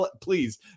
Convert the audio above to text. Please